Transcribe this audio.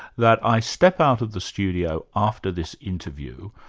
that i step out of the studio after this interview,